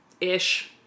Ish